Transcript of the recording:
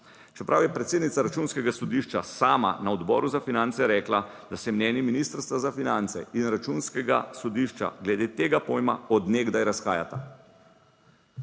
čeprav je predsednica Računskega sodišča sama na Odboru za finance rekla, da se mnenje Ministrstva za finance in Računskega sodišča glede tega pojma od nekdaj razhajata.